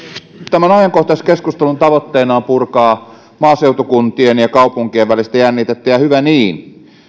tämän ajankohtaiskeskustelun tavoitteena on purkaa maaseutukuntien ja kaupunkien välistä jännitettä ja hyvä niin